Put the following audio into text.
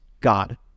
God